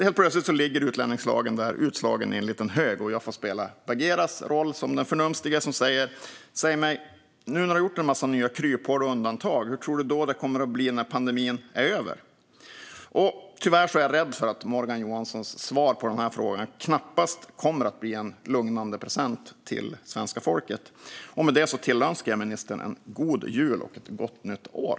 Helt plötsligt ligger utlänningslagen där utslagen i en liten hög. Jag får då spela Bagheeras roll som den förnumstige som säger: Säg mig, nu när du har gjort en massa nya kryphål och undantag, hur tror du då att det kommer att bli när pandemin är över? Tyvärr kommer Morgan Johanssons svar på de här frågorna knappast att bli en lugnande present till svenska folket. Med det tillönskar jag ministern en god jul och ett gott nytt år.